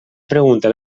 pregunta